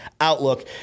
outlook